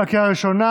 בקריאה הראשונה.